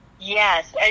Yes